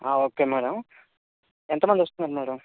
okay madam ఎంతమంది వస్తున్నారు madam